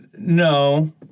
No